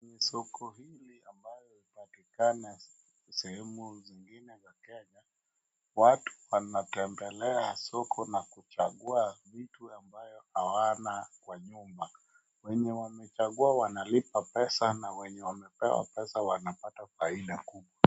Soko hili ambayo inapatikana sehemu zingine za Kenya watu wanatembelea soko na kuchagua vitu ambayo hawana kwa nyumba. Wenye wamechagua wanalipa pesa na wenye wamepewa pesa wanapata faida kubwa.